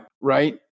Right